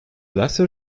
latter